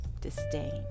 disdain